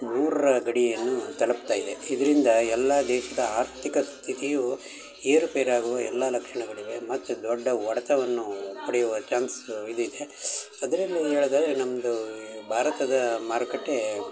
ನೂರರ ಗಡಿಯನ್ನು ತಲುಪ್ತಾ ಇದೆ ಇದರಿಂದ ಎಲ್ಲ ದೇಶದ ಆರ್ಥಿಕ ಸ್ಥಿತಿಯು ಏರು ಪೇರಾಗುವ ಎಲ್ಲ ಲಕ್ಷಣಗಳಿವೆ ಮತ್ತು ದೊಡ್ಡ ಒಡ್ತವನ್ನೂ ಪಡೆಯುವ ಚಾನ್ಸು ಇದಿದೆ ಅದರಲ್ಲೀ ಹೇಳೋದಾದ್ರೆ ನಮ್ಮದು ಭಾರತದ ಮಾರುಕಟ್ಟೆ